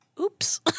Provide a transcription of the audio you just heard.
Oops